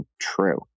true